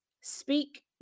Speak